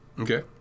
Okay